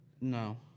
No